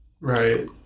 Right